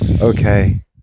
Okay